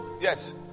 Yes